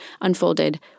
unfolded